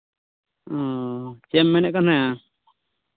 ᱦᱚᱸ ᱪᱮᱫ ᱮᱢ ᱢᱮᱱᱮᱫ ᱠᱟᱱᱟ